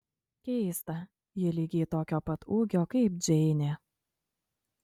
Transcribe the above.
keista ji lygiai tokio pat ūgio kaip džeinė